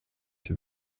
die